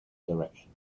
direction